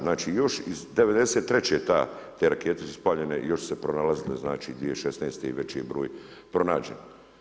Znači još iz '93. ta, te rakete su ispaljene i još su se pronalazile, znači 2016. veći je broj pronađen.